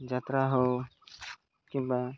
ଯାତ୍ରା ହଉ କିମ୍ବା